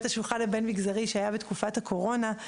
השולחן הבין מגזרי שהיה בתקופת הקורונה.